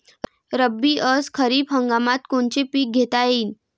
रब्बी अस खरीप हंगामात कोनचे पिकं घेता येईन?